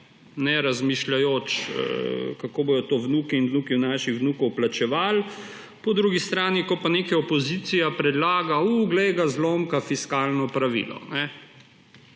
ne razmišljajoč, kako bodo to vnuki in vnuki naši vnukov plačevali. Po drugi strani, ko pa nekaj opozicija predlaga – U, glej ga zlomka, fiskalno pravilo.